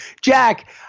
Jack